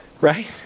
right